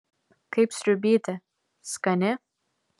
kaip sriubytė skani